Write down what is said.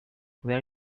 where